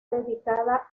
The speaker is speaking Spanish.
dedicada